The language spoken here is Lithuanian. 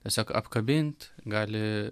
tiesiog apkabint gali